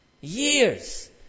Years